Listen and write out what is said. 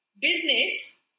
business